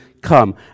come